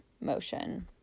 motion